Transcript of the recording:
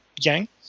Yang